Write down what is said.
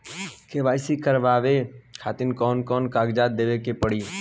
KYC करवावे खातिर कौन कौन कागजात देवे के पड़ी?